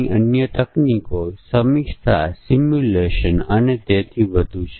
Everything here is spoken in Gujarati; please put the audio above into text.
તેથી આ કિસ્સામાં સમકક્ષ વર્ગોની રચના કરવી મુશ્કેલ બને છે જ્યારે પરિબળો પરિમાણો 3 4 કરતા વધારે હોય છે